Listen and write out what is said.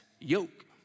yoke